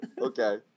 Okay